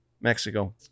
mexico